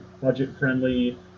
budget-friendly